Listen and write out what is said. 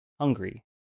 hungry